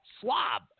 slob